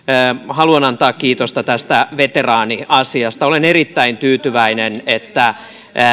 haluan antaa kiitosta tästä veteraaniasiasta olen erittäin tyytyväinen että